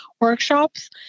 workshops